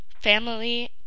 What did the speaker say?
family